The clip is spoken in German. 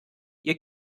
ihr